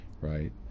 right